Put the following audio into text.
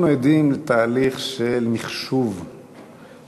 אנחנו יודעים את ההליך של מחשוב הבחירות,